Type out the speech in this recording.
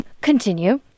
Continue